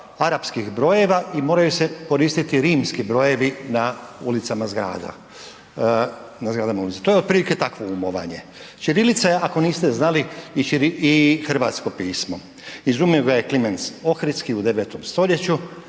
arapskih brojeva i moraju se koristiti rimski brojevi na ulicama zgrada, na zgradama u ulici. To je otprilike takvo umovanje. Ćirilica je ako niste znali i hrvatsko pismo, izumio ga je Kliment Ohridski u 9. stoljeću